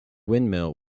windmill